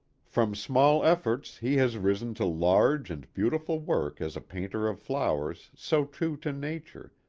from small efforts he has risen to large and beautiful work as a painter of flowers so true to nature,